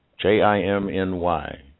J-I-M-N-Y